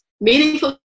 meaningful